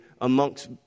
amongst